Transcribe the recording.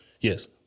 yes